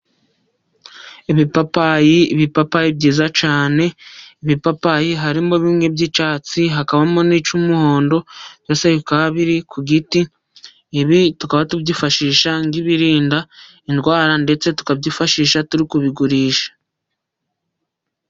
Ibipapayi ibipapayi byiza cyane ibipapayi harimo bimwe by'icyatsi, hakabamo n'icy'umuhondo byose bikaba biri ku giti. Ibi tukaba tubyifashisha nk'ibirinda indwara ndetse tukabyifashisha turi kubigurisha.